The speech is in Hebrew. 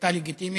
שביתה לגיטימית,